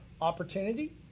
opportunity